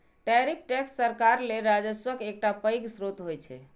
tariff tax सरकार लेल राजस्वक एकटा पैघ स्रोत होइ छै